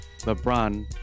LeBron